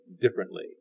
differently